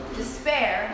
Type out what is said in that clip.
despair